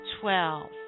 twelve